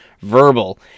Verbal